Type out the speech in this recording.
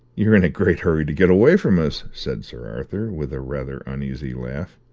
you're in a great hurry to get away from us, said sir arthur, with a rather uneasy laugh.